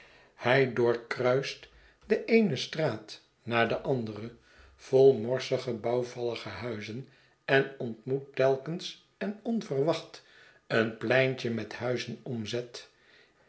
bij doorkruist de eene straat na de andere vol morsige bouwvallige huizen en ontmoet telkens en onverwacht een pleintje met huizen omzet